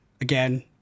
again